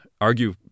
argue